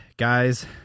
Guys